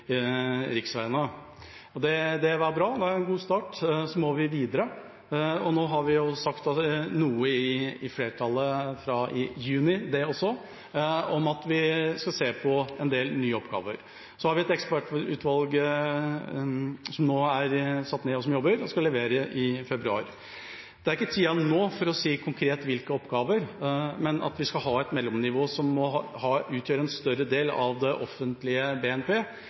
riksveiene. Det var bra. Det er en god start. Så må vi videre. Nå har vi sagt, flertallet fra i juni, det også, at vi skal se på en del nye oppgaver. Så har vi et ekspertutvalg som nå er satt ned og som jobber og som skal levere rapport i februar. Tida er ikke inne nå for å si konkret hvilke oppgaver fylkene får, men at vi skal ha et mellomnivå som utgjør en større del av det offentlige BNP,